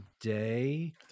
today